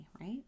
right